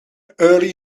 early